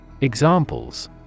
Examples